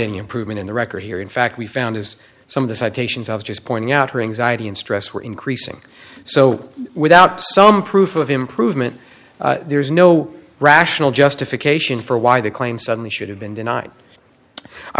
any improvement in the record here in fact we found is some of the citations i was just pointing out her anxiety and stress were increasing so without some proof of improvement there is no rational justification for why the claim suddenly should have been denied i